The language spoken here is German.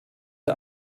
der